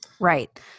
Right